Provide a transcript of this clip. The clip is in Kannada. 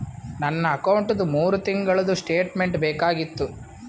ನನ್ನ ಅಕೌಂಟ್ದು ಮೂರು ತಿಂಗಳದು ಸ್ಟೇಟ್ಮೆಂಟ್ ಬೇಕಾಗಿತ್ತು?